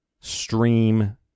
stream